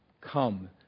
Come